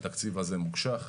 התקציב הזה מוקשח,